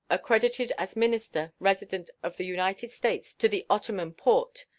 accredited as minister resident of the united states to the ottoman porte,